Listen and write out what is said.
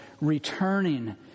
returning